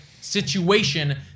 situation